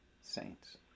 saints